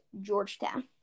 Georgetown